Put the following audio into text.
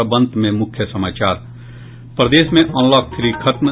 और अब अंत में मुख्य समाचार प्रदेश में अनलॉक थ्री खत्म